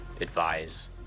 advise